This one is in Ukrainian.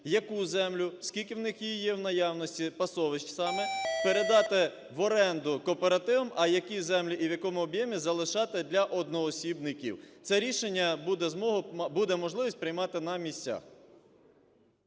яку землю, скільки в них її є в наявності, пасовищ саме, передати в оренду кооперативам, а які землі і в якому об'ємі, залишати для одноосібників. Це рішення буде можливість приймати на місцях.